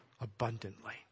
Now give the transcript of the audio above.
abundantly